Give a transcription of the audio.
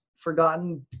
forgotten